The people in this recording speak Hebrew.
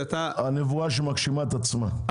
זאת נבואה שמגשימה את עצמה.